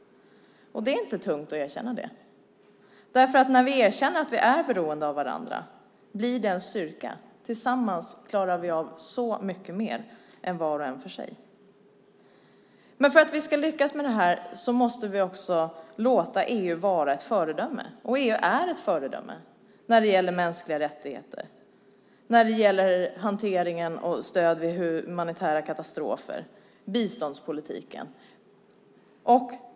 Det är inte tungt att erkänna det. När vi erkänner att vi är beroende av varandra blir det en styrka. Tillsammans klarar vi av så mycket mer än var och en för sig. För att vi ska lyckas med detta måste vi också låta EU vara ett föredöme. EU är ett föredöme när det gäller mänskliga rättigheter, hantering och stöd vid humanitära katastrofer och biståndspolitik.